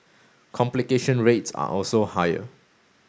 complication rates are also higher